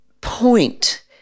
point